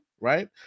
right